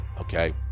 Okay